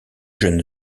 jeunes